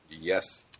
Yes